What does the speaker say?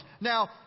Now